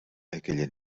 aquella